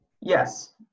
yes